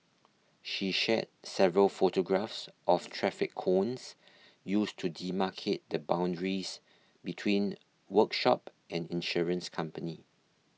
she shared several photographs of traffic cones used to demarcate the boundaries between workshop and insurance company